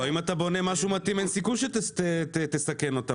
אם תבנה משהו מתאים, אין סיכוי שתסכן אותם.